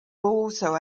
also